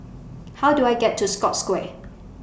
How Do I get to Scotts Square